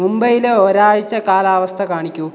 മുംബൈയിലെ ഒരാഴ്ച കാലാവസ്ഥ കാണിക്കുക